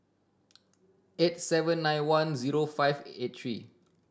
eight seven nine one zero five eight three